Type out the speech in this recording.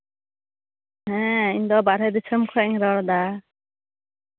ᱦᱮᱸ ᱤᱧᱫᱚ ᱵᱟᱦᱚᱨᱮ ᱫᱤᱥᱚᱢ ᱠᱷᱚᱡ ᱤᱧ ᱨᱚᱲᱫᱟ